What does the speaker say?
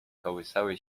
kołysały